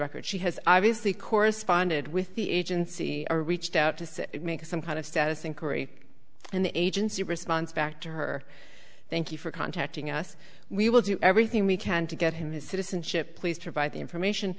record she has obviously corresponded with the agency or reached out to make some kind of status inquiry and the agency response back to her thank you for contacting us we will do everything we can to get him his citizenship please provide the information